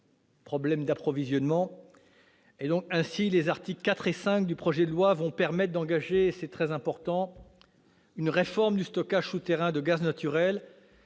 problème d'approvisionnement. Ainsi, les articles 4 et 5 du projet de loi vont permettre d'engager, et c'est très important, une réforme du stockage souterrain de gaz naturel,